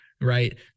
right